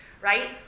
Right